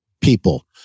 people